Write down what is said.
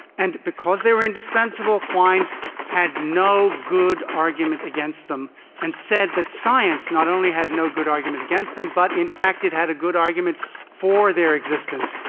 and because they were indispensible, quine had no good argument against them and said that science not only had no good argument against them but in fact it had a good argument for their existence.